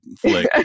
flick